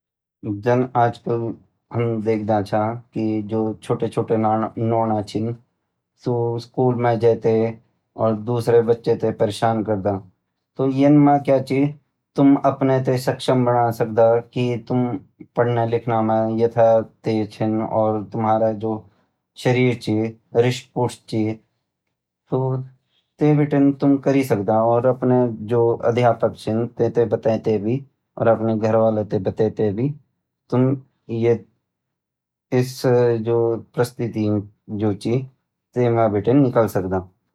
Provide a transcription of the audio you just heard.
जन आजकल देखद छ कि जु छुट छुट नौना छ सु स्कूल म जै कैं और दूसरा बच्चा तैं परेशान करद तो यन म क्या छ कि तुम अपना तैं सक्षम बणे सकद कि तुम पढना लिखना म यथ्यां तेज छन और तुमारा जु शरीर छ हरिष्ट पुष्ट छ तो तै बटिन तुम करी सकदा और अपने जो अध्यपक छ तैं थैं बतइ तै भी और अपना घर वालों तै बतये भी तुम इस जो परिस्थित जु छ तै म बटिन निकली सकदा।